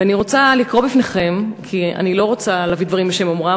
ואני רוצה לקרוא בפניכם כי אני רוצה להביא דברים בשם אומרם,